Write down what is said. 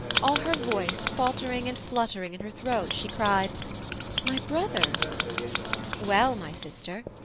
all her voice faltering and fluttering in her throat, she cried my brother well, my sister